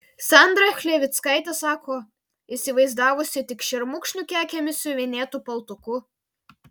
sandrą chlevickaitę sako įsivaizdavusi tik šermukšnių kekėmis siuvinėtu paltuku